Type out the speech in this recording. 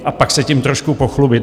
A pak se tím trošku pochlubit.